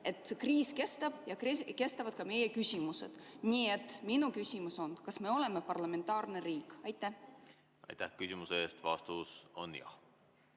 küsida. Kriis kestab ja kestavad ka meie küsimused. Nii et minu küsimus on: kas me oleme parlamentaarne riik? Aitäh küsimuse eest! Vastus on jah.